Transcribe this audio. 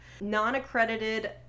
non-accredited